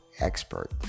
expert